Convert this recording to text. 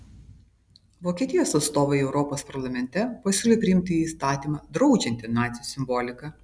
vokietijos atstovai europos parlamente pasiūlė priimti įstatymą draudžiantį nacių simboliką